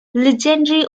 legendary